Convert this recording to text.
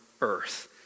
earth